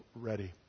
ready